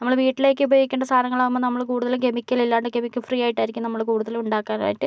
നമ്മള് വീട്ടിലേയ്ക്കു ഉപയോഗിക്കേണ്ട സാധനങ്ങളാകുമ്പോൾ നമ്മൾ കൂടുതലും കെമിക്കൽ ഇല്ലാണ്ട് കെമിക്കൽ ഫ്രീ ആയിട്ടായിരിക്കും നമ്മൾ കൂടുതലും ഉണ്ടാക്കാനായിട്ട്